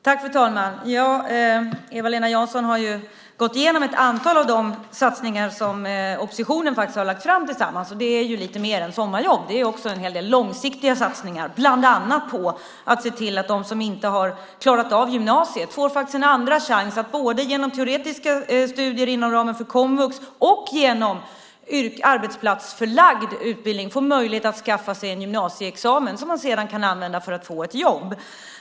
Fru talman! Eva-Lena Jansson har gått igenom ett antal av de satsningar som vi i oppositionen har lagt fram tillsammans, och det är lite mer än sommarjobb. Det är också en hel del långsiktiga satsningar, bland annat på att se till att de som inte har klarat av gymnasiet både genom teoretiska studier inom ramen för komvux och genom arbetsplatsförlagd utbildning får möjlighet att skaffa sig en gymnasieexamen som de sedan kan använda för att få ett jobb.